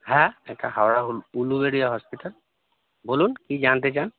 হ্যাঁ এটা হাওড়া উলুবেড়িয়া হসপিটাল বলুন কী জানতে চান